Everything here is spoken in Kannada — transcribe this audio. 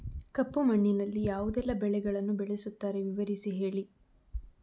ಕಪ್ಪು ಮಣ್ಣಿನಲ್ಲಿ ಯಾವುದೆಲ್ಲ ಬೆಳೆಗಳನ್ನು ಬೆಳೆಸುತ್ತಾರೆ ವಿವರಿಸಿ ಹೇಳಿ